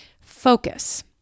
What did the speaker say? Focus